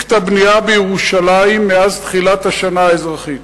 את הבנייה בירושלים מאז תחילת השנה האזרחית.